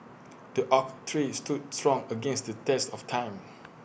the oak tree stood strong against the test of time